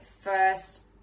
first